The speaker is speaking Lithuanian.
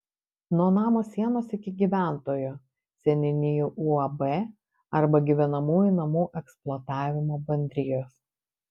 nuo namo sienos iki gyventojo seniūnijų uab arba gyvenamųjų namų eksploatavimo bendrijos